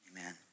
Amen